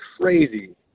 crazy